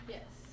Yes